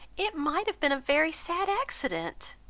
it might have been a very sad accident.